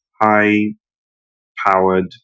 high-powered